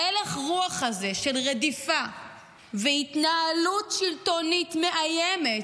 הלך הרוח הזה של רדיפה והתנהלות שלטונית מאיימת